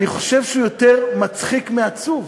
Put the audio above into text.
אני חושב שהוא יותר מצחיק מעצוב,